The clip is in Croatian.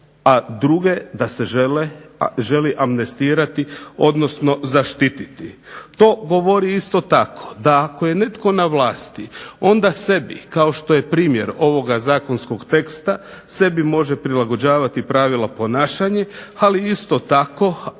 a druge da se želi amnestirati odnosno zaštititi, to govori isto tako da ako je netko na vlasti da sebi kao što je primjer ovog zakonskog teksta sebi može prilagođavati pravila ponašanja, ali isto tako